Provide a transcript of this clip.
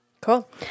Cool